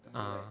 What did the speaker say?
ah